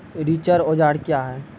रिचर औजार क्या हैं?